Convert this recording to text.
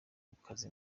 gukaza